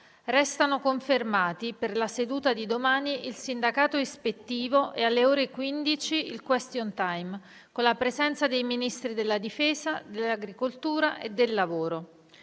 Restano confermati, per la seduta di domani, il sindacato ispettivo e, alle ore 15, il *question time*, con la presenza dei Ministri della difesa, dell'agricoltura e del lavoro.